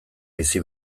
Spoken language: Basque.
bizi